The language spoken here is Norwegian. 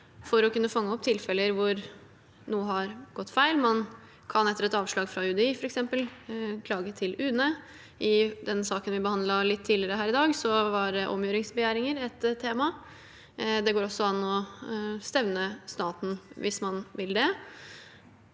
for å kunne fange opp tilfeller hvor noe har gått feil. Man kan etter et avslag fra UDI f.eks. klage til UNE. I den saken vi behandlet litt tidligere her i dag, var omgjøringsbegjæringer et tema. Det går også an å stevne staten hvis man vil det.